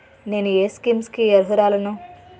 నేను ఏ స్కీమ్స్ కి అరుహులను?